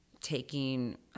taking